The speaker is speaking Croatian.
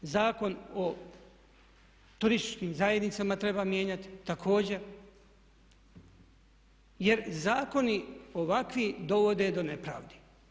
Zakon o turističkim zajednicama treba mijenjati također jer zakoni ovakvi dovode do nepravdi.